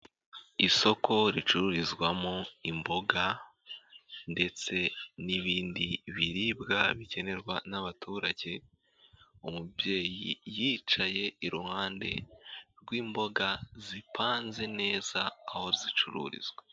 Isoko ricururizwamo imboga ndetse n'ibindi biribwa bikenerwa n'abaturage. Umubyeyi yicaye iruhande rw'imboga zipanze neza aho zicururizwa.